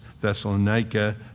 Thessalonica